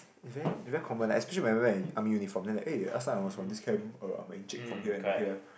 it very it very common like especially marry right army uniform then like eh last time I from this camp eh I'm a encik from here and here